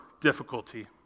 difficulty